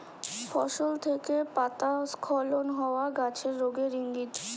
ফসল থেকে পাতা স্খলন হওয়া গাছের রোগের ইংগিত